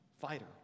fighter